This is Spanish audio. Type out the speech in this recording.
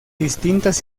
distintas